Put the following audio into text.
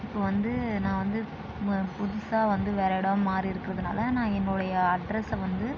இப்போது வந்து நான் வந்து மோ புதுசாக வந்து வேறு இடம் மாறி இருக்கிறதுனால நான் என்னுடைய அட்ரஸ்ஸை வந்து